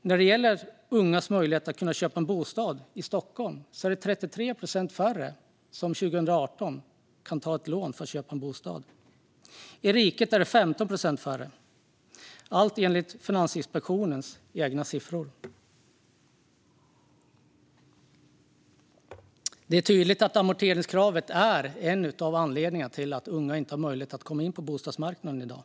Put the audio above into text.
När det gäller ungas möjligheter att köpa en bostad i Stockholm var det 33 procent färre som kunde ta ett lån 2018 för att köpa en bostad. I riket var det 15 procent färre - allt enligt Finansinspektionens egna siffror. Det är tydligt att amorteringskravet är en av anledningarna till att unga inte har möjlighet att komma in på bostadsmarknaden i dag.